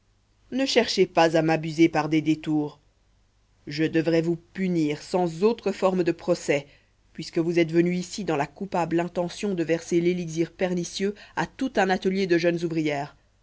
ne cherchez pas à m'abuser par des détours je devrais vous punir sans autre forme de procès puisque vous êtes venu ici dans la coupable intention de verser l'élixir pernicieux à tout un atelier de jeunes ouvrières